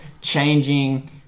changing